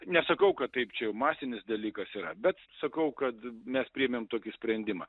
nesakau kad taip čia jau masinis dalykas yra bet sakau kad mes priėmėm tokį sprendimą